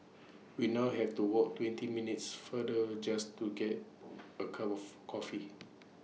we now have to walk twenty minutes farther just to get A cup of coffee